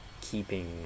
keeping